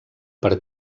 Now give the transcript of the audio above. per